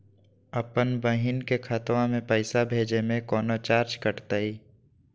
अपन बहिन के खतवा में पैसा भेजे में कौनो चार्जो कटतई?